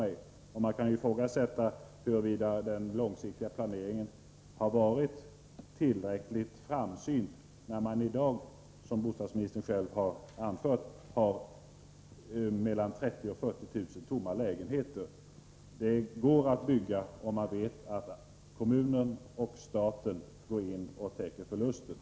Jag ifrågasätter huruvida den långsiktiga planeringen har varit tillräckligt framsynt när man i dag — som bostadsministern själv har anfört — har mellan 30 000 och 40 000 tomma lägenheter. Det går att bygga om man vet att kommunen och staten går in och täcker förlusterna!